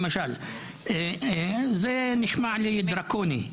כי זה נשמע לי דרקוני.